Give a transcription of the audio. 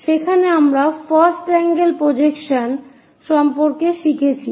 সেখানে আমরা first angle projection সম্পর্কে শিখেছি